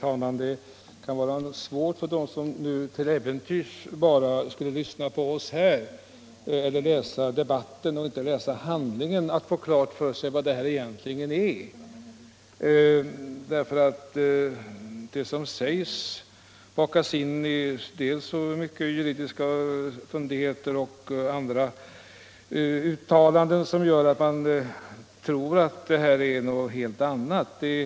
Fru talman! Det kan vara svårt för dem som till äventyrs bara lyssnar på oss här i kammaren eller bara läser debattprotokollet utan att studera handlingarna i ärendet att få klart för sig vad det egentligen är fråga om. I det som sägs bakas ju in rätt mycket av juridiska spetsfundigheter och andra uttalanden som gör att man kan tro att det här är något helt annat än vad det är.